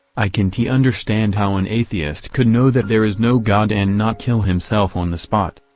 i can t understand how an atheist could know that there is no god and not kill himself on the spot.